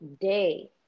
day